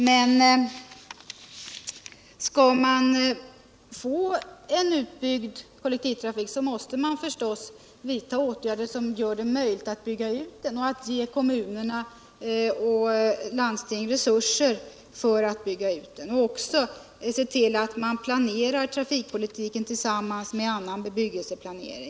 Men om man skall få en utbyggd kollektivtrafik, måste man förstås vidta åtgärder som gör det möjligt att bygga ut den och ge kommuner och landsting resurser för att bygga ut den. Man får också se till att man planerar trafiken tillsammans med bebyggelsen i stort.